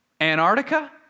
Antarctica